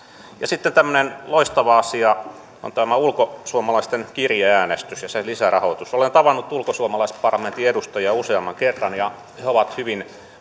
ja sitten tämmöinen loistava asia on tämä ulkosuomalaisten kirjeäänestys ja sen lisärahoitus olen tavannut ulkosuomalaisparlamentin edustajia useamman kerran ja he ovat